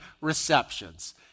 receptions